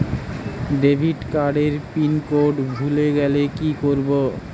Debit card এর pin code ভুলে গেলে কি করব?